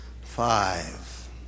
Five